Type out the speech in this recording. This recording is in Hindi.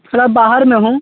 थोड़ा बाहर में हूँ